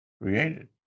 created